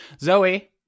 Zoe